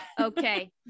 Okay